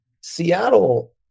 Seattle